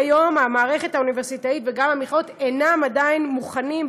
כיום המערכת האוניברסיטאית וגם המכללות עדיין אינן מוכנות,